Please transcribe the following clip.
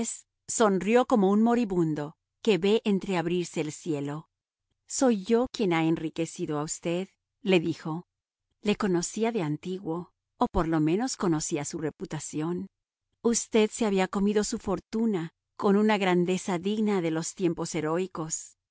sonrió como un moribundo que ve entreabrirse el cielo soy yo quien ha enriquecido a usted le dijo le conocía de antiguo o por lo menos conocía su reputación usted se ha comido su fortuna con una grandeza digna de los tiempos heroicos